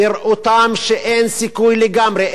בראותם שאין סיכוי לגמרי,